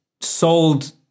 sold